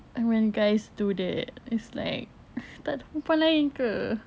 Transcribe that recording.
and when guys do that is like tak ada perempuan lain ke